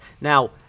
Now